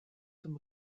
zum